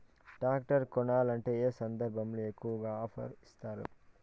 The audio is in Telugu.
టాక్టర్ కొనాలంటే ఏ సందర్భంలో ఎక్కువగా ఆఫర్ ఇస్తారు?